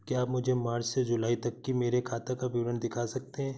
क्या आप मुझे मार्च से जूलाई तक की मेरे खाता का विवरण दिखा सकते हैं?